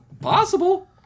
possible